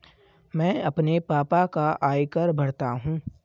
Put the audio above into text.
मैं अपने पापा का आयकर भरता हूं